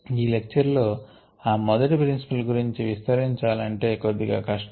ఈ లెక్చర్ లో ఆ మొదటి ప్రిన్సిపుల్స్ గురించి విస్తరించాలంటే కొద్దిగా కష్టం